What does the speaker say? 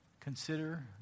Consider